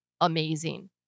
amazing